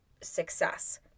success